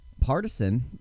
partisan